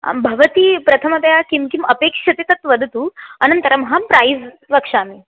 भवती प्रथमतया किं किम् अपेक्षते तत् वदतु अनन्तरमहं प्रैज़् वक्षामि